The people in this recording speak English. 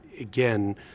again